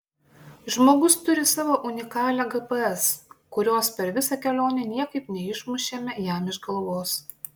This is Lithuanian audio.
žmogus turi savo unikalią gps kurios per visą kelionę niekaip neišmušėme jam iš galvos